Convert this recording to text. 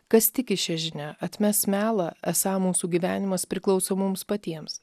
kas tiki šia žinia atmes melą esą mūsų gyvenimas priklauso mums patiems